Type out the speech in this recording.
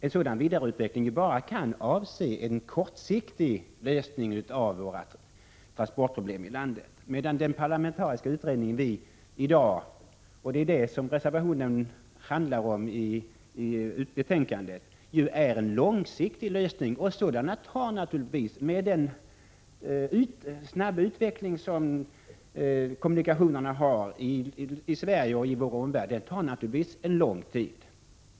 En sådan vidareutveckling kan ju bara avse en kortsiktig lösning av våra transportproblem. Den parlamentariska utredningen — och det är ju denna som reservationen i betänkandet handlar om — inriktas ju på en långsiktig lösning och en sådan tar ju, med kommunikationernas snabba utveckling i Sverige och omvärlden, lång tid.